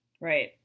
Right